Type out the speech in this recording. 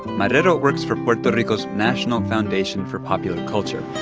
marrero works for puerto rico's national foundation for popular culture.